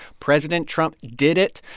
president trump did it,